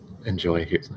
enjoy